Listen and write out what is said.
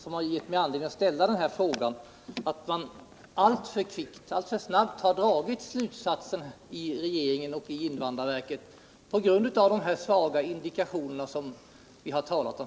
som givit mig anledning att ställa min fråga var just att regeringen och invandrarverket alltför snabbt har dragit slutsatser på grund av de svaga indikationer som vi här har talat om.